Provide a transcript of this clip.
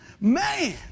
Man